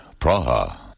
Praha